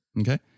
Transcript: Okay